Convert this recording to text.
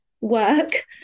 work